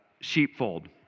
sheepfold